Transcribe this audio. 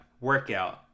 workout